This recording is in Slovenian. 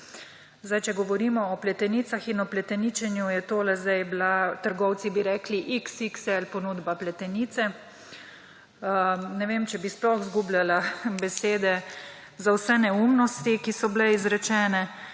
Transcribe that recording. Če govorimo o pletenicah in o pleteničenju, je to zdaj bila, trgovci bi rekli, XXL ponudba pletenice. Ne vem, če bi sploh izgubljala besede za vse neumnosti, ki so bile izrečene.